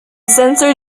sensor